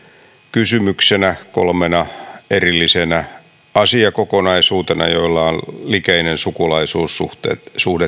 kysymyksenä kolmena erillisenä asiakokonaisuutena joilla on likeinen sukulaisuussuhde